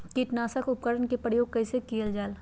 किटनाशक उपकरन का प्रयोग कइसे कियल जाल?